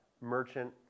merchant